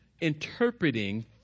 interpreting